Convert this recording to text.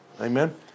Amen